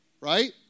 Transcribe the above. right